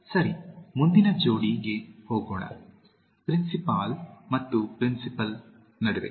ಸರಿ ಮುಂದಿನ ಜೋಡಿಗೆ ಹೋಗೋಣ ಪ್ರಿನ್ಸಿಪಾಲ್ ಮತ್ತು ಪ್ರಿನ್ಸಿಪಲ್ ನಡುವೆ